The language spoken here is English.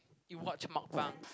you watch MukBang